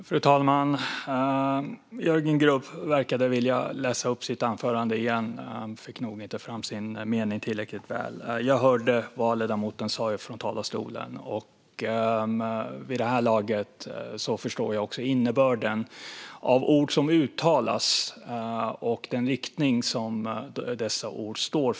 Fru talman! Jörgen Grubb verkade vilja läsa upp sitt anförande igen. Han fick nog inte fram sin mening tillräckligt väl. Jag hörde vad ledamoten sa från talarstolen. Vid det här laget förstår jag också innebörden av ord som uttalas och den inriktning som dessa ord har.